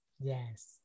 yes